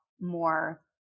more